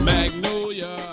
Magnolia